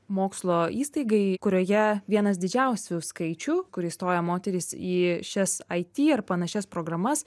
mokslo įstaigai kurioje vienas didžiausių skaičių kur įstoja moterys į šias it ar panašias programas